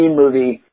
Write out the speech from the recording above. movie